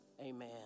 amen